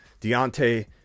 Deontay